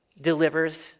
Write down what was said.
delivers